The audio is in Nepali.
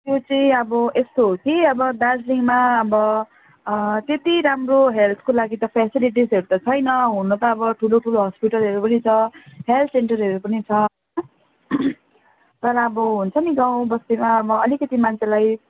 त्यो चाहिँ अब यस्तो हो कि अब दार्जिलिङमा अब त्यति राम्रो हेल्थको लागि त फेसिलिटीजहरू त छैन हुन त अब ठुलो ठुलो हस्पिटलहरू पनि छ हेल्थ सेन्टरहरू पनि छ तर अब हुन्छ नि गाउँबस्तीमा अब अलिकति मान्छेलाई